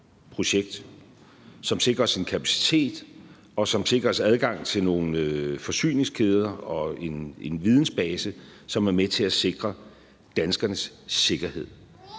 F-35-projekt, som sikrer os en kapacitet, og som sikrer os adgang til nogle forsyningskæder og en vidensbase, som er med til at sikre danskernes sikkerhed.